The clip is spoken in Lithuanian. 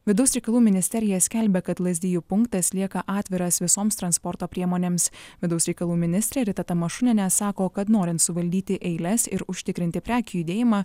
vidaus reikalų ministerija skelbia kad lazdijų punktas lieka atviras visoms transporto priemonėms vidaus reikalų ministrė rita tamašunienė sako kad norint suvaldyti eiles ir užtikrinti prekių judėjimą